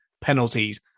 penalties